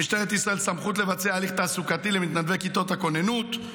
למשטרת ישראל סמכות לבצע הליך תעסוקתי למתנדבי כיתות הכוננות,